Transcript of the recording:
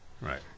Right